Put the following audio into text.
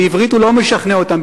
בעברית הוא לא משכנע אותם,